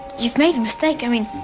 you've made a mistake. i mean